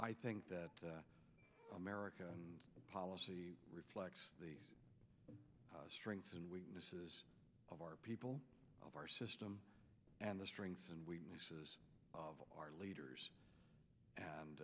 i think that american policy reflects the strengths and weaknesses of our people of our system and the strengths and weaknesses of our leaders